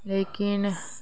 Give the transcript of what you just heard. लेकिन